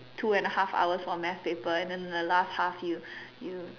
two and a half hours for math paper and then the last half you you